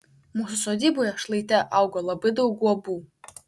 mūsų sodyboje šlaite augo labai daug guobų